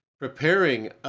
preparing